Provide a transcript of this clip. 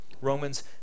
Romans